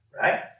Right